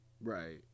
right